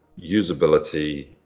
usability